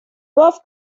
bob